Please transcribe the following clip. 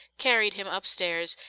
carried him upstairs,